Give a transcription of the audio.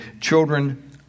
children